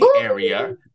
area